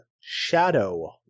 Shadow